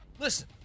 listen